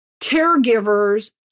caregivers